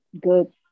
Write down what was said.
Good